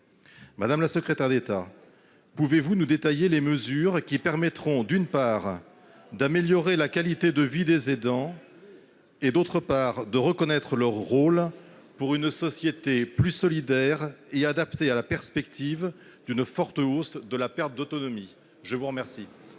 Madame la secrétaire d'État, pouvez-vous nous détailler les mesures qui permettront, d'une part, d'améliorer la qualité de vie des aidants, et, d'autre part, de reconnaître leur rôle pour une société plus solidaire et adaptée à la perspective d'une forte hausse de la perte d'autonomie ? La parole